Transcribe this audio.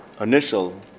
initial